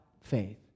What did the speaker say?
faith